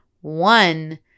one